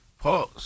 Pause